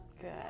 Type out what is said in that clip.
good